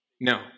no